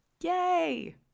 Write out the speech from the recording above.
Yay